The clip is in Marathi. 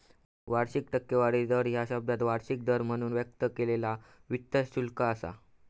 वार्षिक टक्केवारी दर ह्या शब्द वार्षिक दर म्हणून व्यक्त केलेला वित्त शुल्क असा